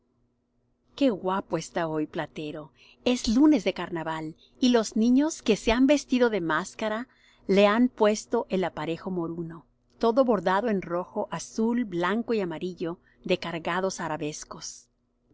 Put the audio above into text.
qué guapo está hoy platero es lunes de carnaval y los niños que se han vestido de máscara le han puesto el aparejo moruno todo bordado en rojo azul blanco y amarillo de cargados arabescos